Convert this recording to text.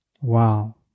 Wow